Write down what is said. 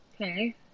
Okay